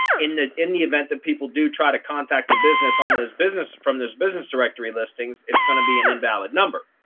in the in the event that people do try to contact the business on this business from this business directory listings, it's going to be an invalid number.